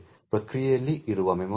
ಪ್ರಕ್ರಿಯೆಯಲ್ಲಿ ಇರುವ ಮೆಮೊರಿಯ ಭಾಗ